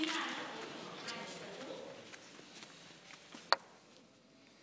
15 שנה עברו מאז שראש הממשלה בנימין